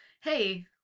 hey